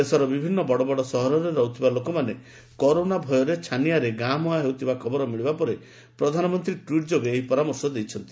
ଦେଶର ବିଭିନ୍ନ ବଡ଼ ବଡ଼ ସହରରେ ରହୁଥିବା ଲୋକମାନେ କରୋନା ଭୟରେ ଛାନିଆଁରେ ଗାଁ ମୁହାଁ ହେଉଥିବା ଖବର ମିଳିବା ପରେ ପ୍ରଧାନମନ୍ତ୍ରୀ ଟ୍ୱିଟର୍ ଯୋଗେ ଏହି ପରାମର୍ଶ ଦେଇଛନ୍ତି